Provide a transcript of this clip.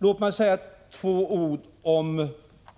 Låt mig säga ett par ord